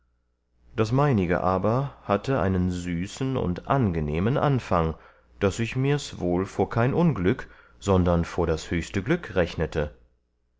das meinige aber hatte einen süßen und angenehmen anfang daß ich mirs wohl vor kein unglück sondern vor das höchste glück rechnete